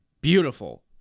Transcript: beautiful